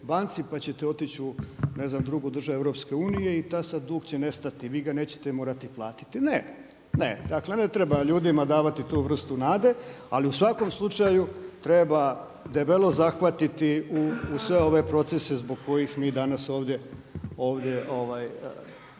pa ćete otići u ne znam drugu državu EU i taj sad dug će nestati, vi ga nećete morati platiti. Ne, ne dakle ne treba ljudima davati tu vrstu nade ali u svakom slučaju treba debelo zahvatiti u sve ove procese zbog kojih mi danas ovdje